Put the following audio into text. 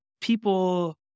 people